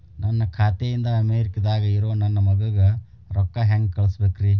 ನನ್ನ ಖಾತೆ ಇಂದ ಅಮೇರಿಕಾದಾಗ್ ಇರೋ ನನ್ನ ಮಗಗ ರೊಕ್ಕ ಹೆಂಗ್ ಕಳಸಬೇಕ್ರಿ?